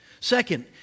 Second